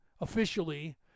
officially